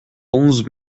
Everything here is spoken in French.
onze